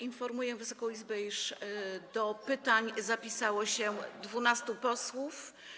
Informuję Wysoką Izbę, iż do pytań zapisało się 12 posłów.